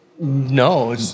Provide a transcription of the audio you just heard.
No